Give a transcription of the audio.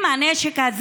אם הנשק הזה,